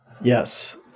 Yes